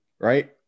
right